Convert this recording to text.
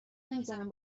نمیزارم